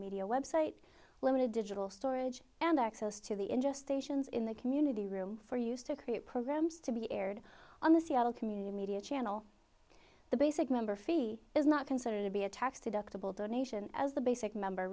media website limited digital storage and access to the in just a sions in the community room for use to create programs to be aired on the seattle community media channel the basic member fee is not considered to be a tax deductible donation as the basic member